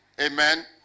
Amen